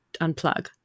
unplug